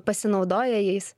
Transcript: pasinaudoja jais